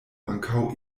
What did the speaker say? ankaŭ